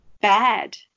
bad